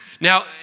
Now